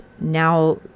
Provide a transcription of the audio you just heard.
now